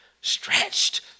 Stretched